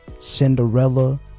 Cinderella